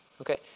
Okay